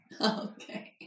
Okay